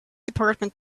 department